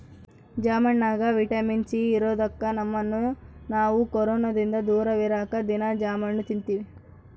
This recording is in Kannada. ಜಾಂಬಣ್ಣಗ ವಿಟಮಿನ್ ಸಿ ಇರದೊಕ್ಕ ನಮ್ಮನ್ನು ನಾವು ಕೊರೊನದಿಂದ ದೂರವಿರಕ ದೀನಾ ಜಾಂಬಣ್ಣು ತಿನ್ತಿವಿ